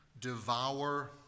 devour